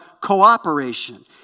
cooperation